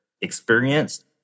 experienced